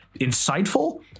insightful